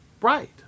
Right